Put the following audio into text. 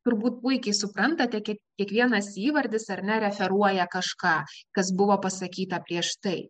turbūt puikiai suprantate kad kiekvienas įvardis ar ne referuoja kažką kas buvo pasakyta prieš tai